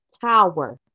tower